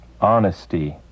honesty